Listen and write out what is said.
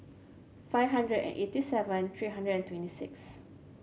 five hundred and eighty seven three hundred and twenty six